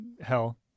hell